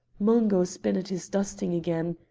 mungo's been at his dusting again,